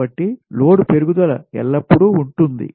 కాబట్టి లోడ్ పెరుగుదల ఎల్లప్పుడూ ఉంటుంది